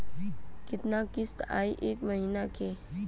कितना किस्त आई एक महीना के?